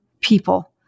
people